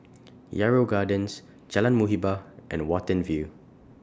Yarrow Gardens Jalan Muhibbah and Watten View